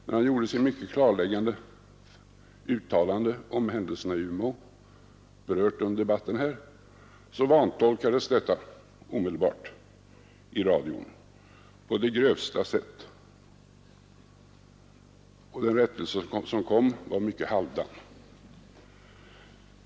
När han gjorde sitt mycket klarläggande uttalande om händelserna i Umeå — berört under debatten här — vantolkades detta omedelbart i radion på det grövsta sätt, och den rättelse som kom var mycket halvhjärtad.